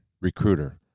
recruiter